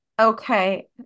Okay